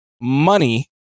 money